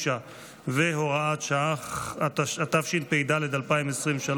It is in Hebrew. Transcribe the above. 9 והוראת שעה), התשפ"ד 2023,